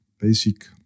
basic